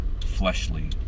fleshly